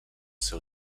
seu